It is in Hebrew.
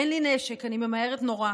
אין לי נשק, אני ממהרת נורא.